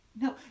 no